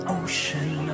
ocean